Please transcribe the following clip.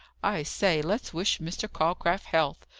i say, let's wish mr. calcraft health!